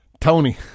Tony